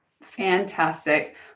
Fantastic